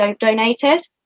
donated